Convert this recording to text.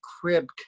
crib